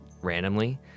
randomly